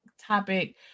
topic